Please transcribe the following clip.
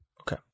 Okay